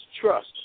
trust